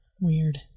Weird